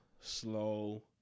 slow